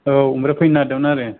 औ ओमफ्राय फैनो नागिरदोंमोन आरो